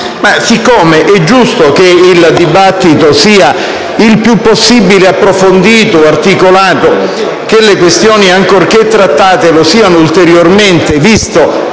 Siccome, però, è giusto che il dibattito sia il più possibile approfondito e articolato e che le questioni, ancorché trattate, lo siano ulteriormente, visto